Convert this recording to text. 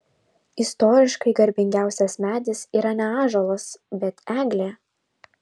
istoriškai garbingiausias medis yra ne ąžuolas bet eglė